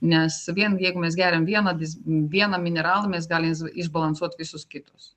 nes vien jeigu mes geriam vieną dis vieną mineralą mes galim išbalansuot visus kitus